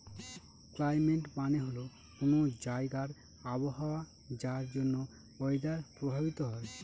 climate মানে হল কোনো জায়গার আবহাওয়া যার জন্য ওয়েদার প্রভাবিত হয়